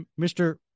Mr